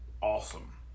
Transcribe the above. awesome